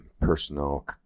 personal